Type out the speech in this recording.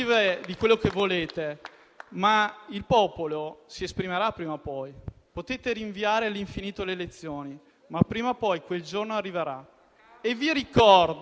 Vi ricordo che la Lega, come forza di Governo, in un anno è passata dal 17 al 34